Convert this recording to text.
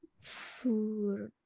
food